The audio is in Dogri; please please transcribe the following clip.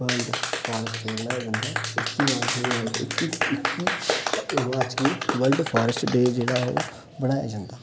वर्ल्ड फॉरेस्ट डे मनाया जन्दा इक्की अप्रैल इक्की इक्की बाच गी वर्ल्ड फॉरेस्ट डे जेह्ड़ा ओह् बनाया जन्दा